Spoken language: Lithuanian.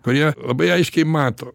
kurie labai aiškiai mato